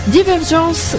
Divergence